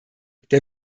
der